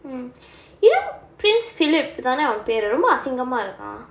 mmhmm you know prince philip தான அவன் பேரு ரொம்ப அசிங்கமா இருக்கான்:thaana avan paeru romba asingamaa irukkaan